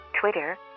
Twitter